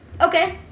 Okay